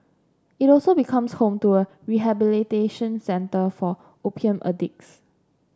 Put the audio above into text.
it also becomes home to a rehabilitation centre for opium addicts